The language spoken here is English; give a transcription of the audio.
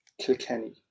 Kilkenny